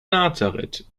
nazareth